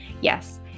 Yes